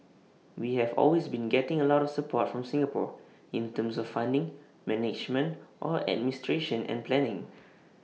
we have always been getting A lot of support from Singapore in terms of funding management or administration and planning